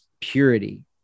purity